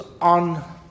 on